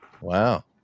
Wow